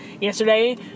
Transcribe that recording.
yesterday